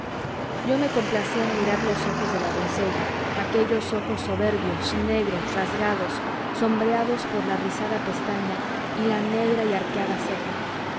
yo me complacía en mirar los ojos de la doncella aquellos ojos soberbios negros rasgados sombreados por la rizada pestaña y la negra y arqueada ceja